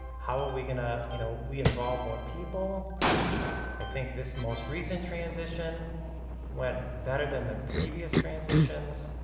how are we gonna you know we involve more people i think this most recent transition went better than the previous transitions